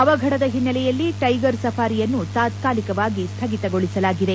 ಅವಘಡದ ಹಿನ್ನೆಲೆಯಲ್ಲಿ ಟೈಗರ್ ಸಫಾರಿಯನ್ನು ತಾತ್ಕಾಲಿಕವಾಗಿ ಸ್ಥಗಿತಗೊಳಸಲಾಗಿದೆ